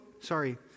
Sorry